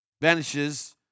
vanishes